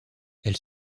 elle